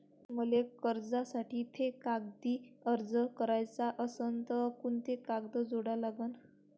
मले कर्जासाठी थे कागदी अर्ज कराचा असन तर कुंते कागद जोडा लागन?